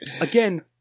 again